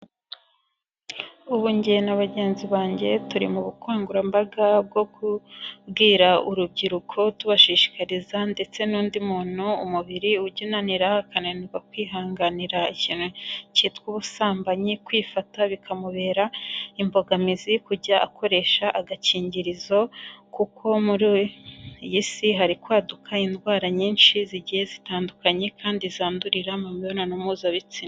Ubu njye na bagenzi banjye turi mu bukangurambaga bwo kubwira urubyiruko tubashishikariza ndetse n'undi muntu umubiri ujya unanira akananirwa kwihanganira ikintu kitwa ubusambanyi kwifata bikamubera imbogamizi, kujya akoresha agakingirizo kuko muri iyi si hari kwaduka indwara nyinshi zigiye zitandukanye kandi zandurira mu mibonano mpuzabitsina.